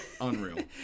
unreal